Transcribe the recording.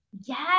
Yes